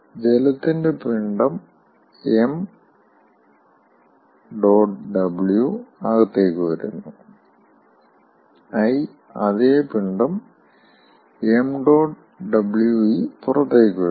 ജലത്തിന്റെ പിണ്ഡം ṁw അകത്തേക്ക് വരുന്നുi അതേ പിണ്ഡം ṁwe പുറത്തേക്ക് വരുന്നു